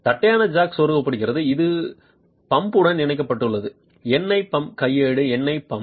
தட்டையான ஜாக் செருகப்படுகிறது இது பம்புடன் இணைக்கப்பட்டுள்ளது எண்ணெய் பம்ப் கையேடு எண்ணெய் பம்ப்